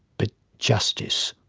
but justice.